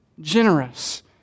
generous